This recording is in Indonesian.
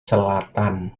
selatan